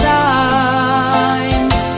times